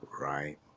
Right